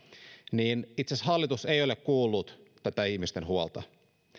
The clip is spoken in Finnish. itse asiassa hallitus ei ole kuullut tätä ihmisten huolta